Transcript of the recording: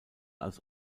als